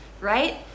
right